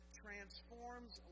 transforms